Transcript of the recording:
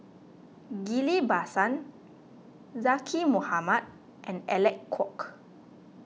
Ghillie Basan Zaqy Mohamad and Alec Kuok